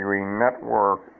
Network